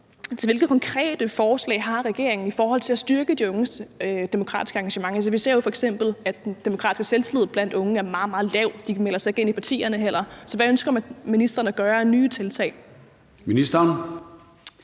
konkrete forslag regeringen har i forhold til at styrke de unges demokratiske engagement. Vi ser jo f.eks., at den demokratiske selvtillid blandt unge er meget, meget lav. De melder sig heller ikke ind i partierne. Så hvad agter ministeren at tage af nye tiltag?